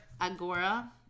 agora